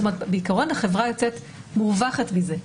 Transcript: בעיקרון, החברה יוצאת מורווחת מזה.